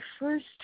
first